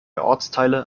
ortsteile